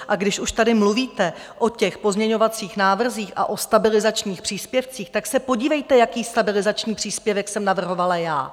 A když už tady mluvíte o těch pozměňovacích návrzích a o stabilizačních příspěvcích, tak se podívejte, jaký stabilizační příspěvek jsem navrhovala já.